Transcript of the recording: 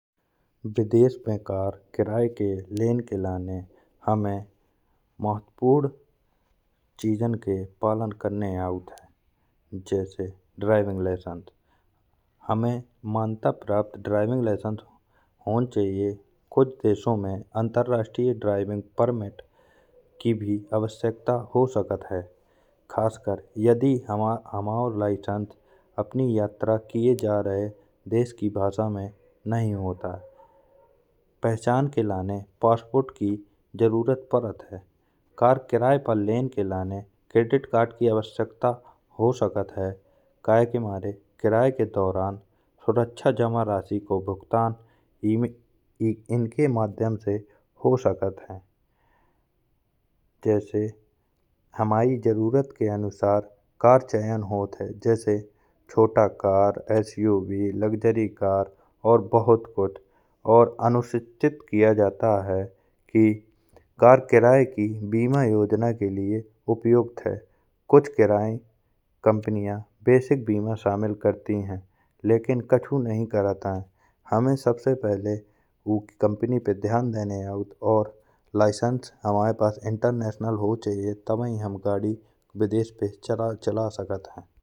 विदेश में कार किराये में लेने के लिए हमें महत्वपूर्ण चीज़ें के पालन करने आऔत। जैसे ड्राइविंग लाइसेंस हमें मान्यता प्राप्त ड्राइविंग लाइसेंस होना चाहिए। जैसे कुछ देशों में अंतरराष्ट्रीय ड्राइविंग परमिट की भी आवश्यकता हो सकत है। खासकर यदि हमो लाइसेंस अपनी यात्रा किए जा रहे देश की भाषा में नहीं होत आए पहचान के लिए पासपोर्ट की भी ज़रूरत पड़त आए। कार किराये पर लेने के लिए क्रेडिट कार्ड की आवश्यकता हो सकत है। क्योंकि किराये के दौरान सुरक्षा जमा राशि को भुगतान इनके माध्यम से हो सकत है। जैसे हमें ज़रूरत के अनुसार कार चयन होत है। जैसे छोटा कार एसयूवी कार होगै लग्ज़री कार और बहुत कुछ अनिश्चित किया जाता है कार किराये की बीमा योजना के लिए उपयुक्त है। कुछ किराया कंपनिया बेसिक बीमा शामिल करती है। लेकिन कछु नहीं करत आए हमें सबसे पहले कंपनी पे ध्यान देने आऔत और लाइसेंस हमें पास इंटरनेशनल होवो चाहिए। जिसमें हम गाड़ी विदेश में चला सकत है।